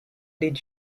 did